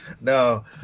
No